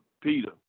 Peter